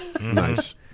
Nice